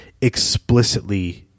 explicitly